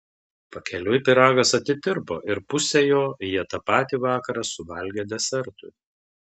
pakeliui pyragas atitirpo ir pusę jo jie tą patį vakarą suvalgė desertui